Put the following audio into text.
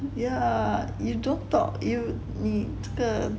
yeah you don't talk you 你这个